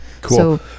cool